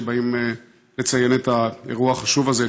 שבאים לציין את האירוע החשוב הזה,